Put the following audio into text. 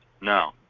No